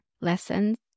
lessons